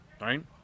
right